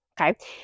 Okay